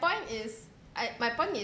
point is I my point is